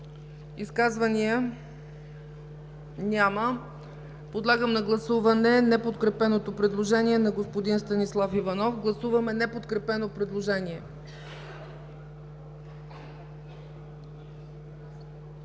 Изказвания? Няма. Подлагам на гласуване неподкрепеното предложение на господин Станислав Иванов. Гласували 111 народни представители: